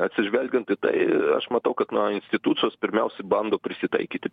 atsižvelgiant į tai aš matau kad na institucijos pirmiausia bando prisitaikyti